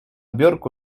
biurku